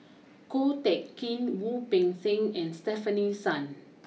Ko Teck Kin Wu Peng Seng and Stefanie Sun